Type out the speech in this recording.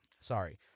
sorry